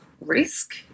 Risk